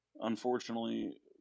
unfortunately